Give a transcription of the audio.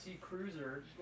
cruiser